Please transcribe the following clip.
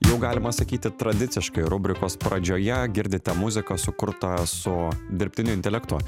jau galima sakyti tradiciškai rubrikos pradžioje girdite muziką sukurtą su dirbtiniu intelektu